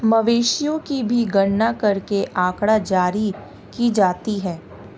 मवेशियों की भी गणना करके आँकड़ा जारी की जाती है